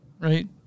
right